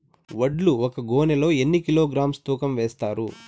వడ్లు ఒక గోనె లో ఎన్ని కిలోగ్రామ్స్ తూకం వేస్తారు?